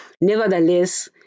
nevertheless